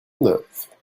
neuf